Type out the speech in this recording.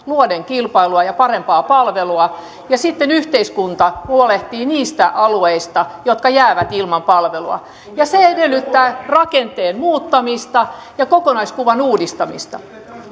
luoden kilpailua ja parempaa palvelua ja sitten yhteiskunta huolehtii niistä alueista jotka jäävät ilman palvelua se edellyttää rakenteen muuttamista ja kokonaiskuvan uudistamista